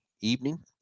evening